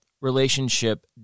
relationship